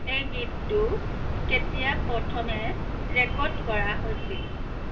এই গীতটো কেতিয়া প্ৰথমে ৰেকৰ্ড কৰা হৈছিল